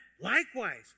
likewise